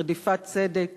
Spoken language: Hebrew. רדיפת צדק